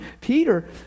Peter